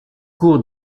cours